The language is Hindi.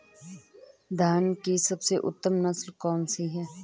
धान की सबसे उत्तम नस्ल कौन सी है?